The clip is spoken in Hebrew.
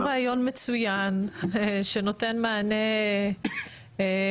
הוא נשמע גם רעיון מצוין שנותן מענה רציני